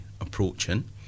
approaching